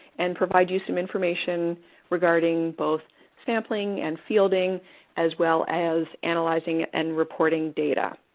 and provide you some information regarding both sampling and fielding as well as analyzing and reporting data.